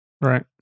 Right